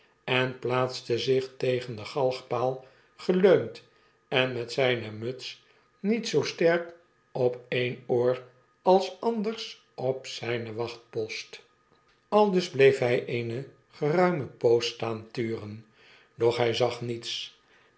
en plaatste zich tegen den galgpaal geleund en met zijne muts niet zoo sterk op een oor als anders op zpen wachtpost aldus bleef hij eene geruime poos staan turen doch hg zag niets